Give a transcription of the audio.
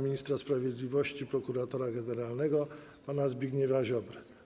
ministra sprawiedliwości - prokuratora generalnego pana Zbigniewa Ziobrę.